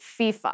FIFA